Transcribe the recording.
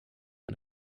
and